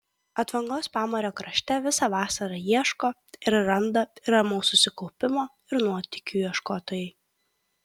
atvangos pamario krašte visą vasarą ieško ir randa ir ramaus susikaupimo ir nuotykių ieškotojai